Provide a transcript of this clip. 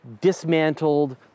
dismantled